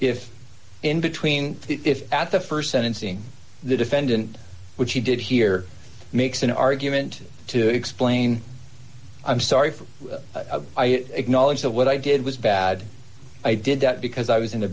if in between if at the st sentencing the defendant which he did hear makes an argument to explain i'm sorry for i acknowledge that what i did was bad i did that because i was